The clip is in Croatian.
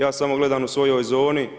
Ja samo gledam u svojoj zoni.